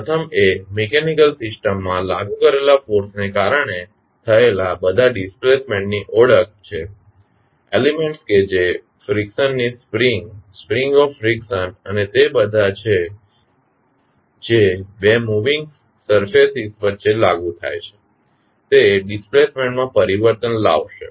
પ્રથમ એ મિકેનીકલ સિસ્ટમમાં લાગુ કરેલા ફોર્સને કારણે થયેલા બધા ડિસ્પ્લેસમેન્ટ ની ઓળખ છે એલીમેન્ટ્સ કે જે ફ્રીક્શનની સ્પ્રિંગ અને તે બધા છે જે બે મુવીંગ સરફેસીસ વચ્ચે લાગુ થાય છે અને તે ડિસ્પ્લેસમેન્ટ માં પરિવર્તન લાવશે